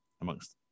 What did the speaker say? amongst